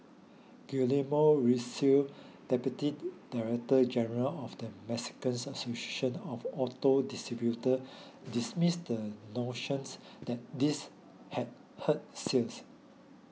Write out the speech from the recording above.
Guillermo Rosales Deputy Director General of the Mexican Association of auto distributor dismissed the notions that this had hurt sales